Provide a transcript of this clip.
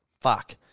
Fuck